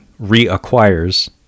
reacquires